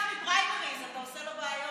יש לגפני פריימריז, אתה עושה לו בעיות.